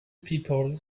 people